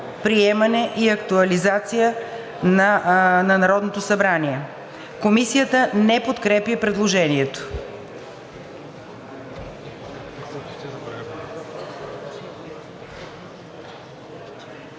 и актуализация на Народното събрание“.“ Комисията не подкрепя предложението.